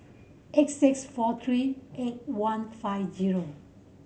eight six four three eight one five zero